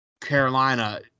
Carolina